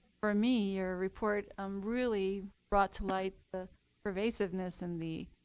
for me, your report um really brought to light the pervasiveness and the